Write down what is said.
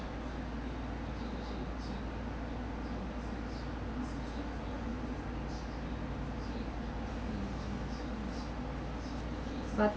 what